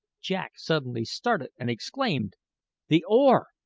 jack suddenly started and exclaimed the oar!